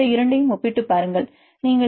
இந்த இரண்டையும் ஒப்பிட்டுப் பாருங்கள்